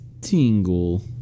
Tingle